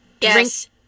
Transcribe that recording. Yes